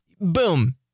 Boom